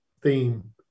theme